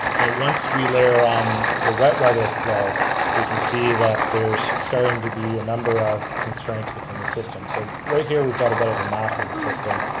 but once we layer on the wet weather flow we can see that there's starting to be a number of constraints within the system. so right here we've got a bit of a map with the system.